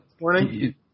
Morning